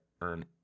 earn